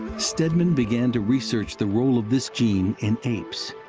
stedman began to research the role of this gene in apes.